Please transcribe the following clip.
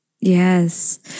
yes